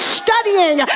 studying